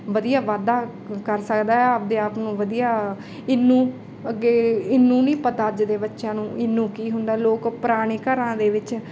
ਵਧੀਆ ਵਾਧਾ ਕਰ ਸਕਦਾ ਆਪਣੇ ਆਪ ਨੂੰ ਵਧੀਆ ਈਨੂੰ ਅੱਗੇ ਈਨੂੰ ਨਹੀਂ ਪਤਾ ਅੱਜ ਦੇ ਬੱਚਿਆਂ ਨੂੰ ਈਨੂੰ ਕੀ ਹੁੰਦਾ ਲੋਕ ਪੁਰਾਣੇ ਘਰਾਂ ਦੇ ਵਿੱਚ